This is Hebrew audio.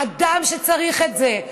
אדם שצריך את זה,